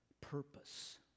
purpose